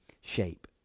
shape